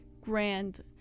grand